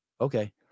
Okay